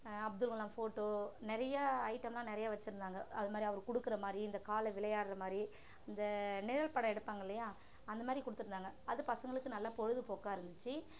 Abdul Kalam photo நிறையா ஐட்டம்லாம் நிறையா வெச்சுருந்தாங்க அதுமாதிரி அவரு கொடுக்கற மாதிரி இந்த காளை விளையாடுகிற மாதிரி இந்த நிழல் படம் எடுப்பாங்கல்லையா அந்த மாதிரி கொடுத்துருந்தாங்க அது பசங்களுக்கு நல்லா பொழுதுப்போக்காக இருந்துச்சு